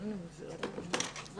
ובתי הספר היסודיים,